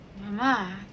Mama